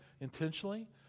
intentionally